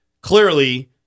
clearly